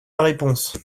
réponse